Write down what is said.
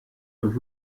und